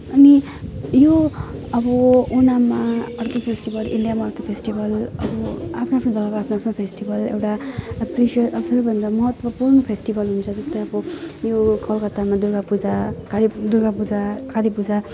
अनि यो अब ओनाममा अर्कै फेस्टिभल इन्डियामा अर्कै फेस्टिभल अब आफ्नो आफ्नो जग्गाको आफ्नो आफ्नो फेस्टिभल एउटा महत्त्वपूर्ण फेस्टिभल हुन्छ जस्तो यो कलकत्तामा दुर्गापूजा हरेक दुर्गापूजा कालीपूजा